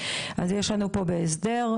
יש לנו בהסדר,